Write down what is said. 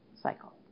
cycle